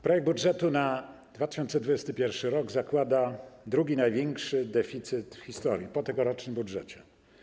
Projekt budżetu na 2021 r. zakłada drugi największy deficyt w historii, po tegorocznym budżecie.